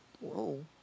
Whoa